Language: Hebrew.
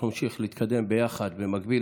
אנחנו נמשיך להתקדם ביחד במקביל.